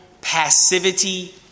passivity